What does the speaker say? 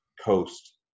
coast